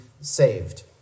saved